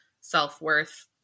self-worth